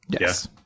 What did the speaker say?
Yes